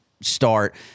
start